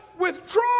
withdraw